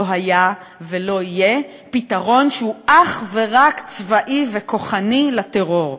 לא היה ולא יהיה פתרון שהוא אך ורק צבאי וכוחני לטרור.